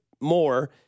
more